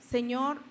Señor